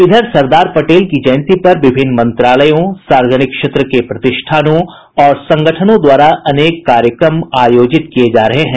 इधर सरदार पटेल की जयंती पर विभिन्न मंत्रालयों सार्वजनिक क्षेत्र के प्रतिष्ठानों और संगठनों द्वारा अनेक कार्यक्रम आयोजित किये जा रहे हैं